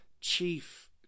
chief